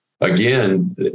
Again